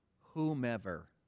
whomever